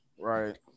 Right